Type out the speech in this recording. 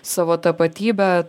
savo tapatybę